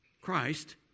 Christ